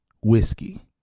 whiskey